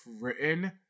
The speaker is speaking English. written